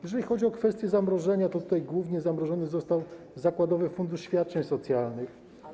Jeżeli chodzi o kwestię zamrożenia, to tutaj głównie zamrożony został zakładowy fundusz świadczeń socjalnych.